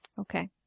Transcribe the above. Okay